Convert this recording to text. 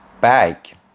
Bag